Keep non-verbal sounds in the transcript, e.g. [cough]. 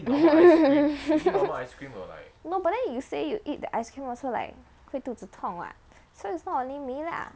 [laughs] no but then you say you eat the ice cream also like 会肚子痛 [what] so is not only me lah